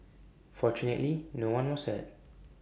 fortunately no one was hurt